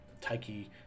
Taiki